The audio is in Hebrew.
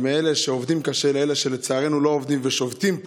ומאלה שעובדים קשה לאלה שלצערנו לא עובדים ושובתים פה,